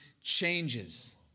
changes